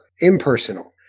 impersonal